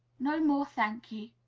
no more, thank ye.